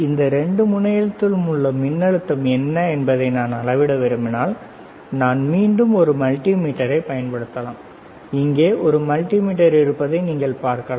இந்த இரண்டு முனையத்திலும் உள்ள மின்னழுத்தம் என்ன என்பதை நான் அளவிட விரும்பினால் நான் மீண்டும் ஒரு மல்டிமீட்டரைப் பயன்படுத்தலாம் இங்கே ஒரு மல்டிமீட்டர் இருப்பதை நீங்கள் பார்க்கலாம்